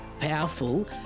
Powerful